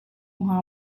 hnga